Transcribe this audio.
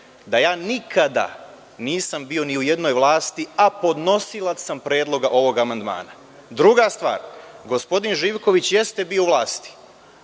da ja nikada nisam bio ni u jednoj vlasti, a podnosilac sam predloga ovog amandmana. Druga stvar, gospodin Živković jeste bio u vlasti,